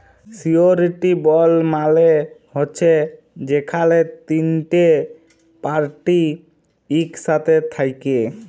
surety bond মালে হছে যেখালে তিলটে পার্টি ইকসাথে থ্যাকে